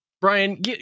brian